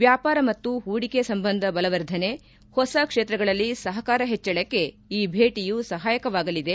ವ್ಲಾಪಾರ ಮತ್ತು ಹೂಡಿಕೆ ಸಂಬಂಧ ಬಲವರ್ಧನೆ ಹೊಸ ಕ್ಷೇತ್ರಗಳಲ್ಲಿ ಸಹಕಾರ ಹೆಚ್ಚಳಕ್ಕೆ ಈ ಭೇಟಿಯು ಸಹಾಯಕವಾಗಲಿದೆ